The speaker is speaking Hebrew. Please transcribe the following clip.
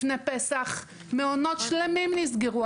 לפני פסח מעונות שלמים נסגרו.